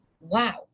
wow